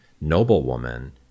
noblewoman